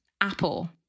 Apple